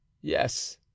Yes